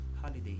holiday